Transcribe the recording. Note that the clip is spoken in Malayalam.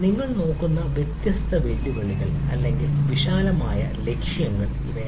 നിങ്ങൾ നോക്കുന്ന വ്യത്യസ്ത വെല്ലുവിളികൾ അല്ലെങ്കിൽ വിശാലമായ ലക്ഷ്യങ്ങൾ ഇവയാണ്